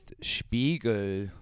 Spiegel